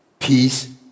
Peace